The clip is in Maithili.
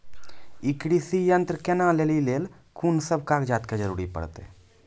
ई कृषि यंत्र किनै लेली लेल कून सब कागजात के जरूरी परतै?